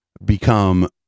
become